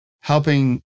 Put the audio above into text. helping